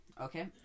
Okay